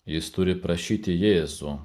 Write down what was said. jis turi prašyti jėzų